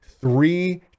three